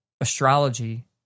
astrology